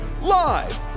live